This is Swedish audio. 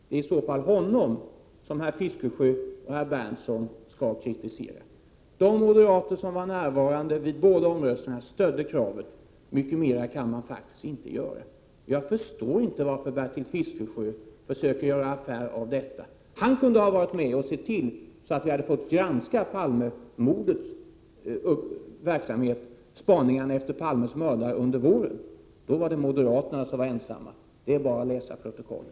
Det är i så fall honom som herrar Fiskesjö och Berndtson skall kritisera. De moderater som var närvarande stödde kravet vid båda omröstningarna. Mycket mera kan man faktiskt inte göra. Jag förstår inte varför Bertil Fiskesjö försöker göra affär av detta. Han kunde ha varit med och sett till att vi under våren hade fått granska spaningarna efter Palmes mördare. Men då var moderaterna ensamma. Det är bara att läsa protokollet.